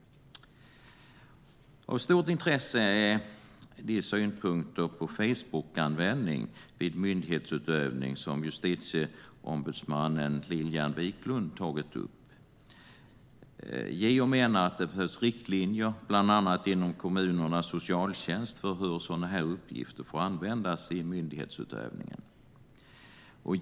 Av stort intresse är de synpunkter på Facebookanvändning vid myndighetsutövning som justitieombudsmannen Lilian Wiklund tagit upp. JO menar att det behövs riktlinjer inom bland annat kommunernas socialtjänst för hur uppgifter får användas i myndighetsutövning.